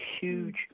huge